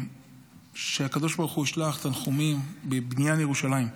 שהקדוש ברוך הוא ישלח תנחומים בבניין ירושלים.